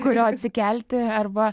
kurio atsikelti arba